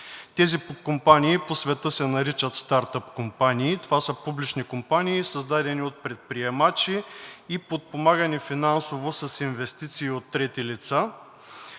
Тези компании по света се наричат стартъп компании. Това са публични компании, създадени от предприемачи, и подпомагани финансово с инвестиции от трети лица,